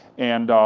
and